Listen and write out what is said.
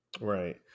Right